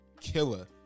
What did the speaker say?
Killer